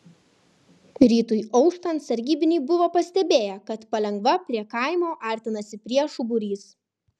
rytui auštant sargybiniai buvo pastebėję kad palengva prie kaimo artinasi priešų būrys